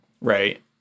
Right